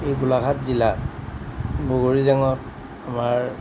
এই গোলাঘাট জিলাত বগৰী জেঙত আমাৰ